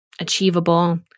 achievable